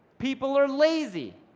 people are lazy.